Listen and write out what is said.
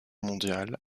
mondiale